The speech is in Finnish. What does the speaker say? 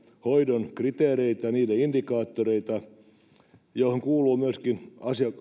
hoidon kriteereitä niiden indikaattoreita joihin kuuluu myöskin